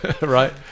right